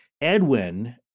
Edwin